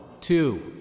two